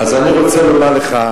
אז אני רוצה לומר לך,